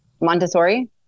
Montessori